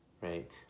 right